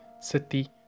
City